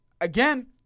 again